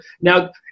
Now